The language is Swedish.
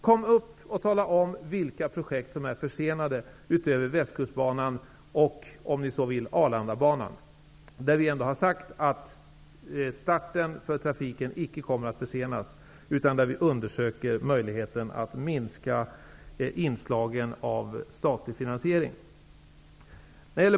Kom upp och tala om vilka projekt som är försenade, utöver västkustbanan och -- om ni så vill -- Arlandabanan. Beträffande denna har vi ändå sagt att starten för trafiken icke kommer att försenas och att vi undersöker möjligheterna att minska inslagen av statlig finansiering.